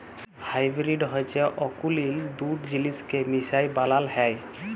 hybrid হছে অকুলীল দুট জিলিসকে মিশায় বালাল হ্যয়